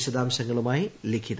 വിശദാംശങ്ങളുമായി ലിഖിത